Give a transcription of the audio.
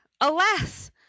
alas